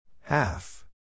Half